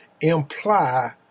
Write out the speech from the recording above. imply